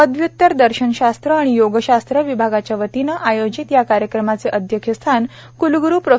पदव्यत्तर दर्शनशास्त्रा आणि योगशास्त्रा विभागाच्या वतीने आयोजित या कार्यक्रमाचे अध्यक्षस्थान कुलग्रू प्रो